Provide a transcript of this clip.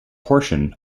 portion